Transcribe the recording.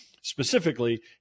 specifically